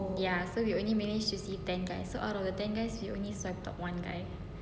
ya so we only manage to see ten guys so out of the ten guys we only swipe up one guy